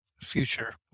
future